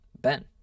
Ben